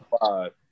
five